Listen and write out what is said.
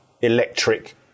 electric